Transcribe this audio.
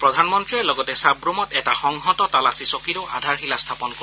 প্ৰধানমন্ত্ৰীয়ে লগতে চাৰ্ৰমত এটা সংহত তালাচী চকীৰো আধাৰশিলা স্থাপন কৰিব